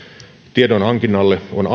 tiedonhankinnalle on